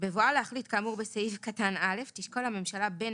בבואה להחליט כאמור בסעיף קטן (א) תשקול הממשלה בין